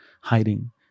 hiding